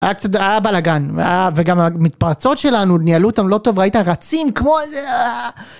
היה קצת היה בלאגן, וגם המתפרצות שלנו ניהלו אותם לא טוב ראית? רצים כמו איזה אהה